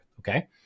Okay